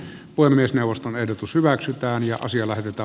puhemiesneuvoston ehdotus hyväksytään ja osia laitetta